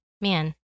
man